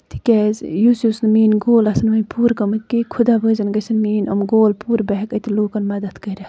تِکیازِ یُس یُس نہٕ میٲنۍ گول آسن وۄنۍ پوٗرٕ گٔمٕتۍ کیٚنٛہہ خۄدا بوٗزِنۍ گٔژِھنۍ میٲنۍ یِم گول پوٗرٕ بہٕ ہیٚکہٕ اتہِ لُکَن مدد کٔرِتھ